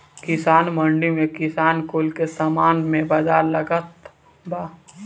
किसान मंडी में किसान कुल के सामान के बाजार लागता बा